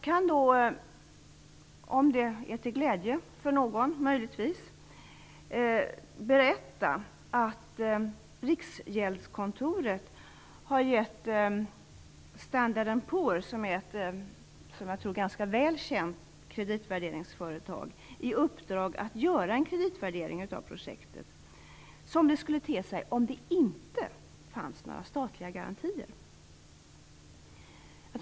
Jag kan, om det möjligtvis är till glädje för någon, berätta att Riksgäldskontoret har gett Standard and Poor, som är ett som jag tror ganska väl känt kreditvärderingsföretag i uppdrag att göra en kreditvärdering av projektet som det skulle te sig om det inte fanns några statliga garantier.